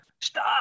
Stop